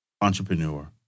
entrepreneur